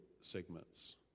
segments